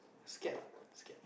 scared ah scared